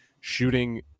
shooting